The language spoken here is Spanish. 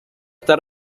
está